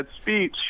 speech